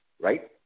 Right